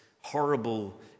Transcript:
horrible